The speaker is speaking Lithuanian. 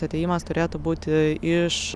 atėjimas turėtų būti iš